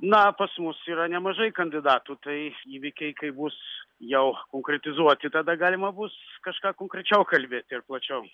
na pas mus yra nemažai kandidatų tai įvykiai kai bus jau konkretizuoti tada galima bus kažką konkrečiau kalbėti ir plačiau